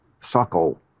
suckle